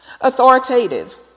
authoritative